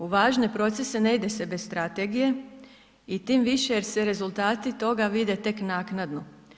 U važne procese ne ide se bez strategije i tim više jer se rezultati toga vide tek naknadno.